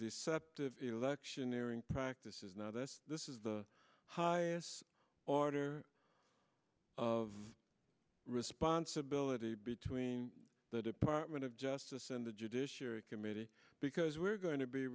deceptive electioneering practices now this this is the highest order of responsibility between the department of justice and the judiciary committee because we're going to be